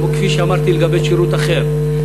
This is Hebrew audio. כפי שאמרתי לגבי שירות אחר,